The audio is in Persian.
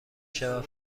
شود